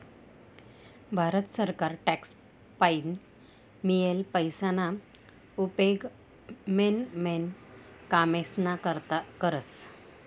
भारत सरकार टॅक्स पाईन मियेल पैसाना उपेग मेन मेन कामेस्ना करता करस